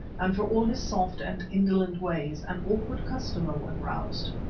and for all his soft and indolent ways, an awkward customer when roused.